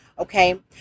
Okay